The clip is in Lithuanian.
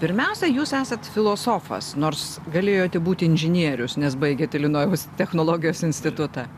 pirmiausia jūs esat filosofas nors galėjote būti inžinierius nes baigėt ilinojaus technologijos institutą